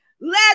Let